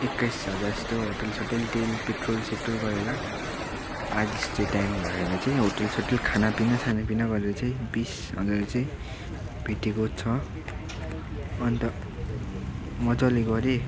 एक्काइस हजार जस्तो होटल सोटल तेल पेट्रोल सेट्रोल गरेर आधा जस्तो टाइम लगाएर चाहिँ होटल सोटल खाना पिना साना पिना गरेर चाहिँ बिस हजार चाहिँ भेटेको छ अन्त मज्जाले गरेँ